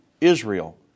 Israel